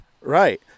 Right